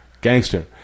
Gangster